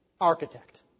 architect